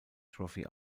trophy